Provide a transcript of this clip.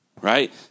Right